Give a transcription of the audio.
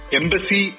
embassy